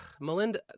Melinda